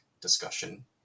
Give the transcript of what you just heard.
discussion